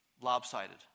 lopsided